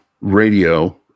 radio